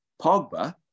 Pogba